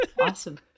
Awesome